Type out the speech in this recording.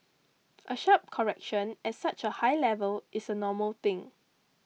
a sharp correction at such a high level is a normal thing